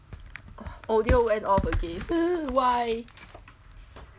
audio went off again why